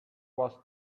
was